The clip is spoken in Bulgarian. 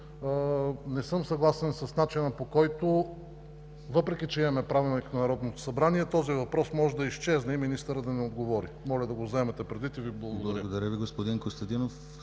не съм съгласен с начина, по който… Въпреки че имаме Правилник на Народното събрание, този въпрос може да изчезне и министърът да не отговори. Моля да го вземете предвид и Ви благодаря.